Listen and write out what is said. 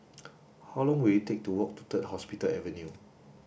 how long will it take to walk to Third Hospital Avenue